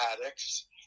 addicts